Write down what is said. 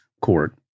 court